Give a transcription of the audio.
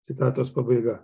citatos pabaiga